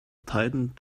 tightened